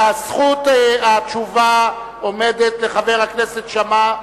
זכות התשובה עומדת לחבר הכנסת שאמה.